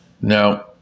Now